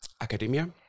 Academia